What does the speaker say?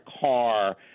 car